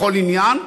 בכל עניין,